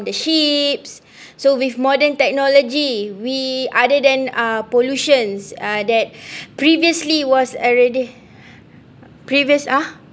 the ships so with modern technology we other than uh pollutions that previously was already previous !huh!